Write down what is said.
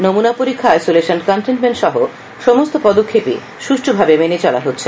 নমুনা পরীক্ষা isolation containment সহ সমস্ত পদক্ষেপই সুষ্ঠুভাবে মেনে চলা হচ্ছে